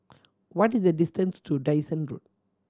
what is the distance to Dyson Road